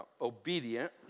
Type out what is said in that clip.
obedient